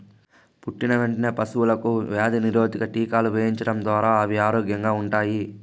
పుట్టిన వెంటనే పశువులకు వ్యాధి నిరోధక టీకాలు వేయించడం ద్వారా అవి ఆరోగ్యంగా ఉంటాయి